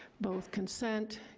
both consent,